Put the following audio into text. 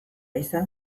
izan